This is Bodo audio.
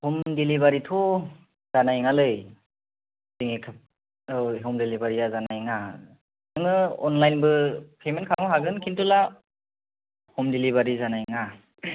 हम दिलिबारिथ' जानाय नङालै औ हम दिलिबारिया जानाय नङा नोङो अनलाइनबो पेमेन्ट खालामनो हागोन खिन्थु ला हम दिलिबारि जानाय नङा